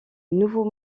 nouveaux